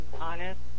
honest